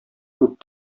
күп